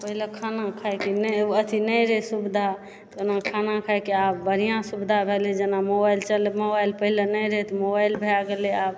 पहिले खाना खाइके नहि ओ अथि नहि रहए सुविधा खाना खाइके आब बढ़िआँ सुविधा भए गेलै जेना मोबाइल चल मोबाइल पहिले नहि रहए तऽमोबाइल भए गेलै आब